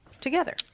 together